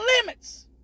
limits